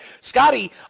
Scotty